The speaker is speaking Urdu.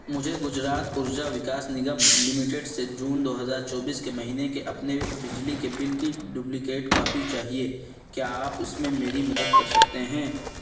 مجھے گجرات ارجا وکاس نگم لمیٹڈ سے جون دو ہزار چوبیس کے مہینے کے اپنے بجلی کے بل کی ڈبلیکیٹ کاپی چاہیے کیا آپ اس میں میری مدد کر سکتے ہیں